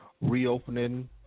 reopening